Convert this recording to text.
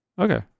Okay